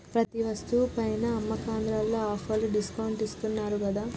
ప్రతి వస్తువు పైనా అమ్మకందార్లు ఆఫర్లు డిస్కౌంట్లు ఇత్తన్నారు గదా